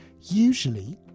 usually